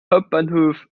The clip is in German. hauptbahnhof